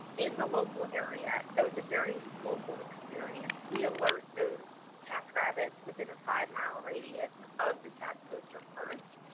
in the local area. so it's a very local experience. we alert those task rabbits within a five mile radius of the task poster first,